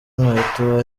nkweto